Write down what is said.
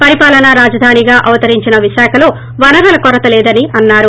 పరిపాలనా రాజధానిగా అవతరించిన విశాఖలో వనరుల కొరత లేదని అన్నారు